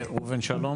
ראובן שלום.